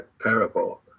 parable